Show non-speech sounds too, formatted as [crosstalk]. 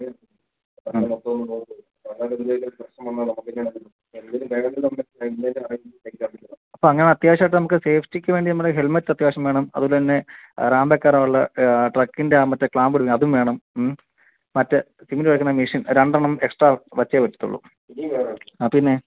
[unintelligible] അപ്പോൾ അങ്ങനെ സേഫ്റ്റിക്ക് വേണ്ടിയിട്ട് ഹെൽമറ്റ് അത്യാവശ്യം വേണം അതുപോലെ തന്നെ റാമ്പ് വയ്ക്കാനുള്ള ട്രക്കിന്റെ ആ ക്ലാംമ്പ് അതും വേണം മറ്റേ [unintelligible] മെഷിൻ രണ്ടെണ്ണം എക്സ്ട്രാ വെച്ചേ പറ്റുള്ളൂ ഇനിയും വേണോ ആ പിന്നെ